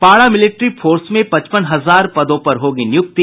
पारा military force में पचपन हजार पदों पर होगी नियुक्ति